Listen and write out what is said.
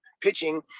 pitching